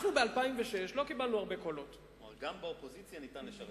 אנחנו ב-2006 לא קיבלנו הרבה קולות כלומר גם באופוזיציה ניתן לשנות.